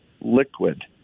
liquid